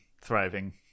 thriving